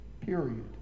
Period